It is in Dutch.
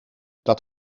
dat